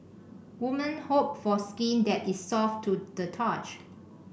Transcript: woman hope for skin that is soft to the touch